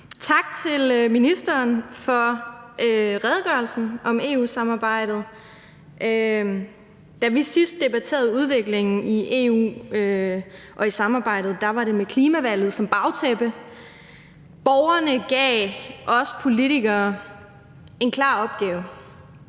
Tak til ministeren for redegørelsen om EU-samarbejdet. Da vi sidst debatterede udviklingen i EU og i EU-samarbejdet, var det med klimavalget som bagtæppe. Borgerne gav os politikere en klar opgave: